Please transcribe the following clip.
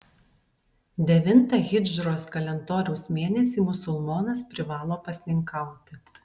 devintą hidžros kalendoriaus mėnesį musulmonas privalo pasninkauti